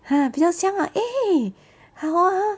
!huh! 比较香 ah eh 好 ah